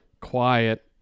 Quiet